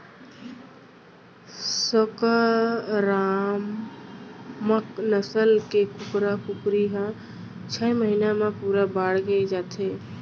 संकरामक नसल के कुकरा कुकरी ह छय महिना म पूरा बाड़गे जाथे